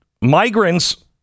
migrants